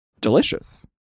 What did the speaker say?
delicious